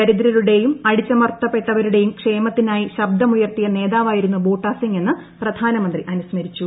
ദരിദ്രരുടെയും അടിച്ചമർത്തപ്പെട്ടവരുടെയും ക്ഷേമത്തിനായി ശബ്ദമുയർത്തിയ നേതാവായിരുന്നു ബൂട്ടാ സിങ് എന്ന് പ്രധാനമന്ത്രി അനുസ് മരിച്ചു